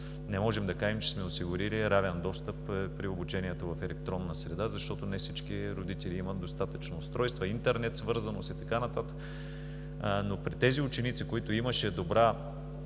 не можем да кажем, че сме осигурили равен достъп при обучението в електронна среда, защото не всички родители имат достатъчно устройства, интернет свързаност и така нататък. Но при тези ученици, при които имаше добра